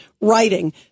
writing